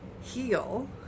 heal